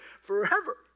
forever